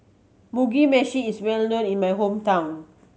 Mugi Meshi is well known in my hometown